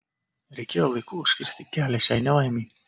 reikėjo laiku užkirsti kelią šiai nelaimei